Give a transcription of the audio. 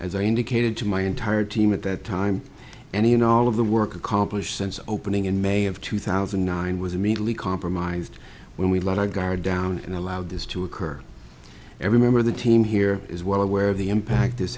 as i indicated to my entire team at that time and you know all of the work accomplished since opening in may of two thousand and nine was immediately compromised when we let our guard down and allowed this to occur every member of the team here is well aware of the impact this